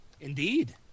Indeed